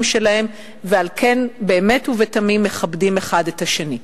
שלהם ועל כן באמת ובתמים מכבדים אחד את השני.